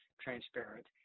transparent